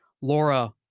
Laura